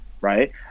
right